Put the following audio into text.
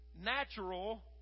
Natural